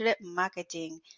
marketing